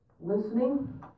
listening